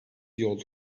yol